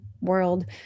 world